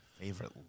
favorite